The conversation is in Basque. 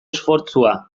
esfortzua